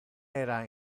era